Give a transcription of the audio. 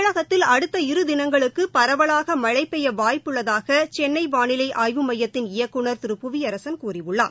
தமிழகத்தில் அடுத்த இரு தினங்களுக்கு பரவலாக மனழ பெய்ய வாய்ப்பு உள்ளதாக சென்னை வாளிலை ஆய்வு மையத்தின் இயக்குநர் திரு புவியரசன் கூறியுள்ளார்